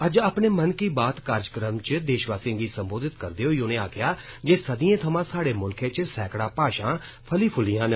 अज्ज अपने मन की बात कार्जक्रम च देशवासिएं गी सम्बोधित करदे होई उनें आक्खेआ की सदियें थमां साहड़े मुल्खै च सैकड़ां भाषां फली फूलियां न